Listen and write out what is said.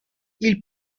ils